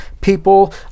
people